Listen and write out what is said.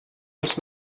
uns